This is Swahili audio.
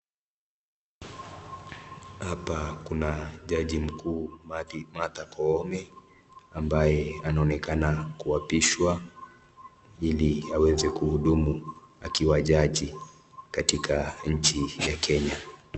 Hapa Kuna jaji mkuu Martha Koome, ambaye anaonekana kuapishwa Ili aweze kuhudumu akiwa jaji katika nchi ya Kenya.